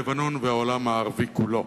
לבנון והעולם הערבי כולו.